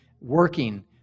working